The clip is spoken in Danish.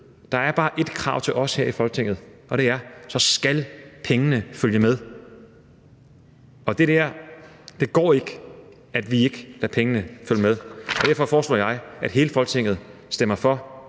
Der er bare ét krav til os her i Folketinget, og det er: Så skal pengene følge med. Det går ikke, at vi ikke lader pengene følge med. Derfor foreslår jeg, at hele Folketinget stemmer for